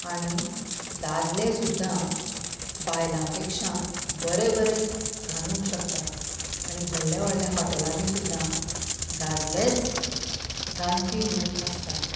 आनी दादले सुद्दां बायलां पेक्षा बरें बरें रांदूंक शकता आनी व्हडल्या व्हडल्या हॉटेलांनी सुद्दां दादलेच रांदपी म्हूण आसतात